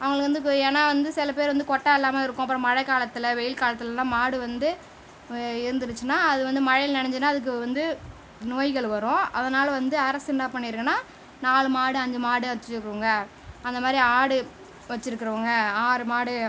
அவங்களுக்கு வந்து இப்போ ஏன்னா வந்து சில பேர் வந்து கொட்டா இல்லாமல் இருக்கும் அப்புறம் மழை காலத்தில் வெயில் காலத்துலலாம் மாடு வந்து இருந்துடுச்சின்னா அது வந்து மழையில நனைஞ்சிதுன்னா அதுக்கு வந்து நோய்கள் வரும் அதனால் வந்து அரசு என்ன பண்ணிருக்குன்னா நாலு மாடு அஞ்சி மாடு வச்சுருக்கிறவங்க அந்த மாரி ஆடு வச்சுருக்கிறவங்க ஆறு மாடு